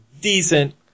decent